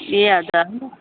ए हजुर